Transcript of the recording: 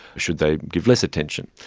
should they give less attention?